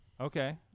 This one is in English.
okay